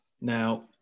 Now